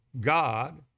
God